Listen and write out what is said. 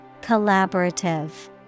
Collaborative